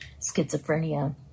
schizophrenia